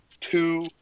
two